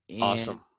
Awesome